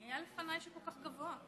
אדוני היושב-ראש, חבריי